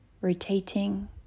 rotating